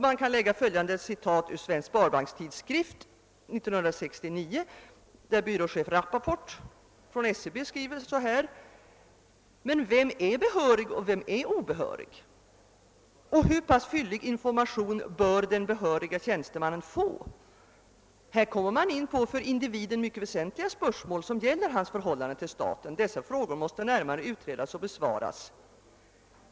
Man kan anföra följande citat ur Svensk Sparbanks tidskrift 1969, där byråchef Rapaport från SCB skriver: »Men vem är behörig och vem är obehörig? Och hur pass fyllig information bör den behöriga tjänstemannen kunna få? Här kommer man in på för individen mycket väsentliga spörsmål som gäller hans förhållande till staten. Dessa frågor måste närmare utredas och besvaras.